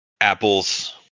Apples